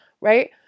right